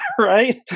right